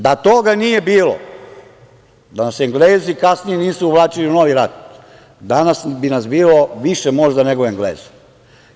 Da toga nije bilo, da nas Englezi kasnije nisu uvlačili u novi rat, danas bi nas možda bilo više nego Engleza.